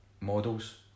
models